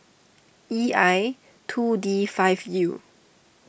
E I two D five U